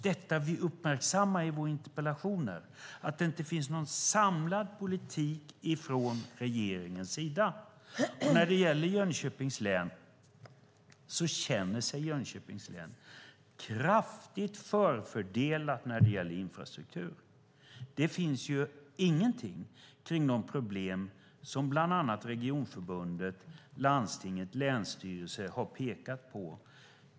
Det vi uppmärksammar i våra interpellationer är just att det inte finns någon samlad politik från regeringens sida. Jönköpings län känner sig kraftigt förfördelat när det gäller infrastrukturen. Det finns ingenting kring de problem som bland annat regionförbundet, landstinget och länsstyrelsen har pekat på.